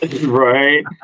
Right